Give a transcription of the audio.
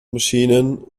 maschinen